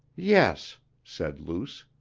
yes, said luce.